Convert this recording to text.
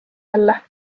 jälle